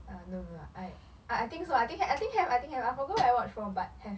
uh no no I I I think so I think I think have I think have I forgot where I watched from but have